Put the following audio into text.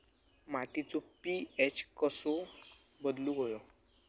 मातीचो पी.एच कसो बदलुक होयो?